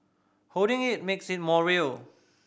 holding it makes it more real